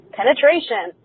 penetration